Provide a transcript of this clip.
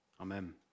amen